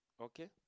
Okay